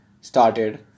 started